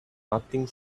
nothing